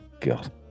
God